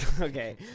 okay